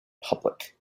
public